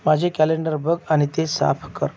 माझे कॅलेंडर बघ आणि ते साफ कर